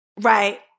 Right